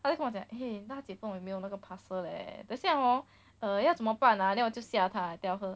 她就跟我讲 !hey! 大姐不懂没有那个 parcel leh 等一下 hor uh 要怎么办 ah then 我就吓他 then afterwards